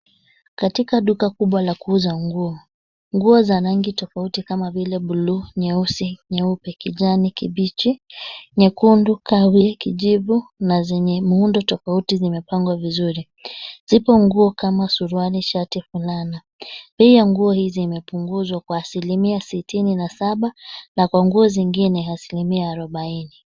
Katika duka kubwa la kuuza nguo, nguo za rangi tofauti kama vile buluu, nyeusi, nyeupe, kijani kibichi, nyekundu, kahawia, kijivu na zenye muundo tofauti zimepangwa vizuri. Zipo nguo kama suruali, shati, fulana. Bei ya nguo hizi zimepunguzwa kwa asilimia sitini na saba na kwa nguo zingine asilimia arubaini.